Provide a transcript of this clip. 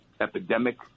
epidemic